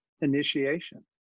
initiation